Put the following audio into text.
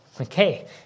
okay